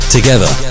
Together